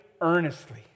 earnestly